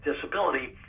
disability